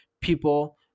people